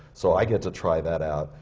so i get to try that out.